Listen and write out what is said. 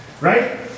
right